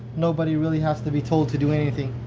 nobody really has to be told to do anything